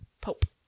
pope